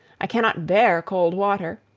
i cannot bear cold water.